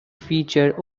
feature